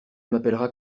m’appelleras